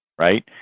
right